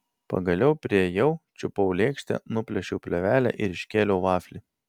pagaliau priėjau čiupau lėkštę nuplėšiau plėvelę ir iškėliau vaflį